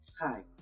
hi